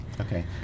Okay